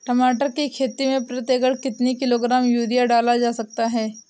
टमाटर की खेती में प्रति एकड़ कितनी किलो ग्राम यूरिया डाला जा सकता है?